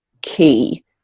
key